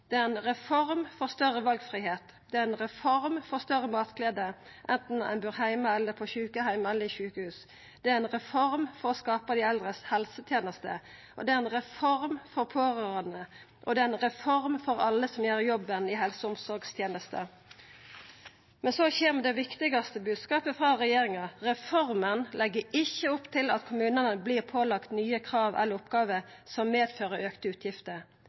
Det er ei reform for større valfridom. Det er ei reform for større matglede, enten ein bur heime, på sjukeheim eller på sjukehus. Det er ei reform for å skapa dei eldre si helseteneste, det er ei reform for pårørande, og det er ei reform for alle som gjer jobben i helse- og omsorgstenesta. Men så kjem den viktigaste bodskapen frå regjeringa: Reforma legg ikkje opp til at kommunane vert pålagde nye krav eller oppgåver som medfører auka utgifter.